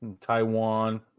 Taiwan